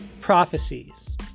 prophecies